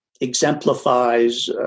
exemplifies